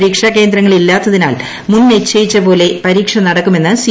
പരീക്ഷ കേന്ദ്രങ്ങൾ ഇല്ലാത്തതിനാൽ മുൻ നിശ്ചയിച്ചപോലില്ലു പരീക്ഷ നടക്കുമെന്ന് സി